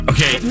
Okay